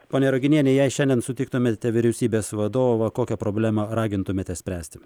ponia ruginiene jei šiandien sutiktumėte vyriausybės vadovą kokią problemą ragintumėte spręsti